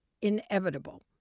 inevitable